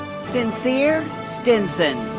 sincere stinson.